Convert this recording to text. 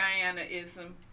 Diana-ism